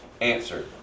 Answer